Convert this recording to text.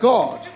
God